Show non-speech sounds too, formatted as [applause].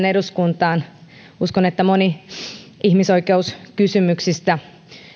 [unintelligible] eduskuntaan uskon että moni ihmisoikeuskysymyksistä